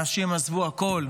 אנשים עזבו הכול,